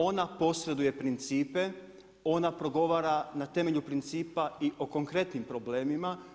Ona posreduje principe, ona progovara na temelju principa i o konkretnim problemima.